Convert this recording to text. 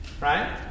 right